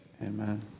Amen